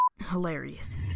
Hilarious